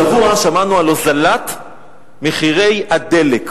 השבוע שמענו על הוזלת מחירי הדלק.